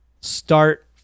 start